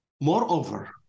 Moreover